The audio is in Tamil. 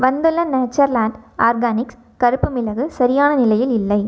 வந்துள்ள நேச்சர்லேண்டு ஆர்கானிக்ஸ் கருப்பு மிளகு சரியான நிலையில் இல்லை